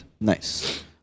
nice